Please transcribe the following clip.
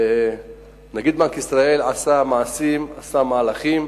ונגיד בנק ישראל עשה מעשים, עשה מהלכים,